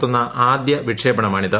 നടത്തുന്ന ആദ്യ വിക്ഷേപണമാണിത്